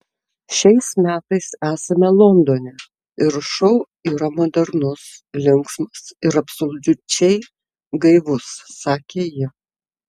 šiais metais esame londone ir šou yra modernus linksmas ir absoliučiai gaivus sakė ji